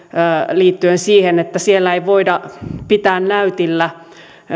liittyen siihen että siellä ei voida pitää näytillä